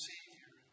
Savior